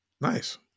Nice